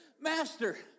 Master